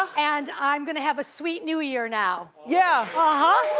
and i'm gonna have a sweet new year now. yeah, ah